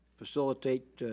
facilitate